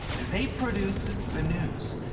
they produce the news.